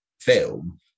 film